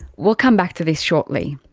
we'll come back to this shortly.